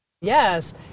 yes